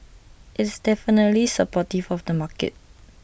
it's definitely supportive of the market